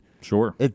sure